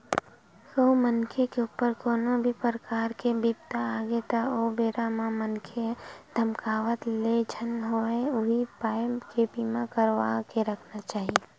कहूँ मनखे के ऊपर कोनो भी परकार ले बिपदा आगे त ओ बेरा म मनखे ह धकमाकत ले झन होवय उही पाय के बीमा करवा के रखना चाही